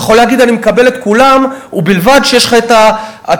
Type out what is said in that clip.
אתה יכול להגיד: אני מקבל את כולם ובלבד שישלמו 13,000,